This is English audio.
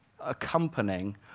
accompanying